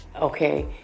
Okay